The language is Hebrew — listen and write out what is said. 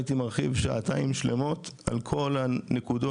הייתי מרחיב שעתיים שלמות על כל הנקודות